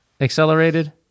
accelerated